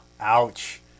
ouch